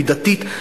מידתית,